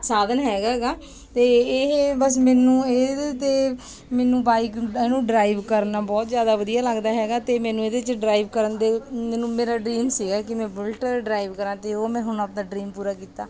ਸਾਧਨ ਹੈਗਾ ਹੈਗਾ ਅਤੇ ਇਹ ਬਸ ਮੈਨੂੰ ਇਹਦੇ 'ਤੇ ਮੈਨੂੰ ਵਾਹਿਗੁਰੂ ਇਹਨੂੰ ਡਰਾਈਵ ਕਰਨਾ ਬਹੁਤ ਜ਼ਿਆਦਾ ਵਧੀਆ ਲੱਗਦਾ ਹੈਗਾ ਅਤੇ ਮੈਨੂੰ ਇਹਦੇ 'ਚ ਡਰਾਈਵ ਕਰਨ ਦੇ ਮੈਨੂੰ ਮੇਰਾ ਡਰੀਮ ਸੀਗਾ ਕਿ ਮੈਂ ਬੁਲਟ ਡਰਾਈਵ ਕਰਾਂ ਅਤੇ ਉਹ ਮੈਂ ਹੁਣ ਆਪਣਾ ਡਰੀਮ ਪੂਰਾ ਕੀਤਾ